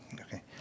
Okay